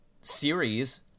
series